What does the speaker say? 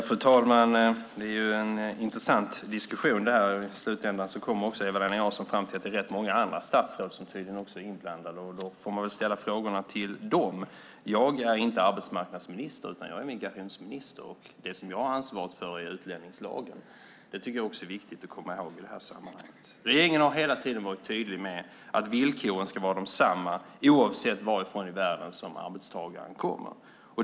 Fru talman! Det här är en intressant diskussion. I slutändan kommer också Eva-Lena Jansson fram till att det tydligen är rätt många andra statsråd som också är inblandade. Då får man väl ställa frågorna till dem. Jag är inte arbetsmarknadsminister, utan jag är migrationsminister. Det som jag har ansvaret för är utlänningslagen. Det tycker jag också är viktigt att komma ihåg i det här sammanhanget. Regeringen har hela tiden varit tydlig med att villkoren ska vara desamma, oavsett varifrån i världen arbetstagaren kommer.